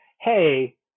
hey